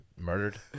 murdered